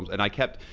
and i kept,